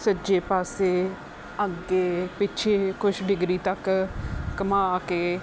ਸੱਜੇ ਪਾਸੇ ਅੱਗੇ ਪਿੱਛੇ ਕੁਛ ਡਿਗਰੀ ਤੱਕ ਘੁਮਾ ਕੇ